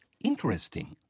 interesting